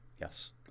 Yes